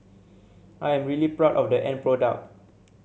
I am really proud of the end product